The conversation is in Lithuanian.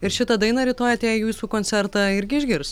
ir šitą dainą rytoj atėję į jūsų koncertą irgi išgirs